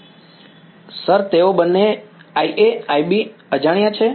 વિદ્યાર્થી સર તેઓ બંને IA IB અજાણ્યા છે